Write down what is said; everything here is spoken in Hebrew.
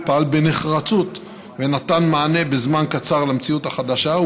פעל בנחרצות ונתן מענה בזמן קצר למציאות החדשה.